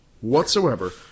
whatsoever